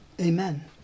Amen